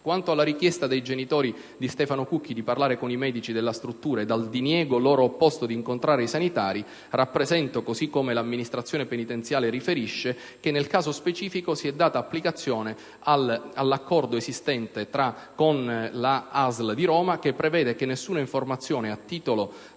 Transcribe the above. Quanto alla richiesta dei genitori di Stefano Cucchi di parlare con i medici della struttura ed al diniego loro opposto di incontrare i sanitari, rappresento - così come l'Amministrazione penitenziaria riferisce - che nel caso specifico si è data applicazione all'accordo esistente con la ASL di Roma, che prevede che nessuna informazione, a nessun